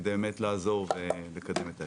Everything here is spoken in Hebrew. כדי באמת לעזור ולקדם את האפשרות.